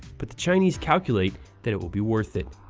but the chinese calculate that it will be worth it.